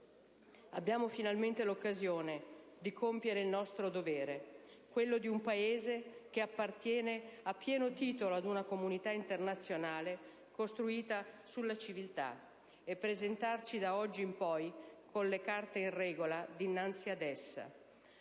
Abbiamo finalmente l'occasione di compiere il nostro dovere, quello di un Paese che appartiene a pieno titolo ad una comunità internazionale costruita sulla civiltà, e di presentarci da oggi in poi con le carte in regola dinanzi ad essa.